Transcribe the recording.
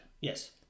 Yes